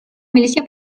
milícia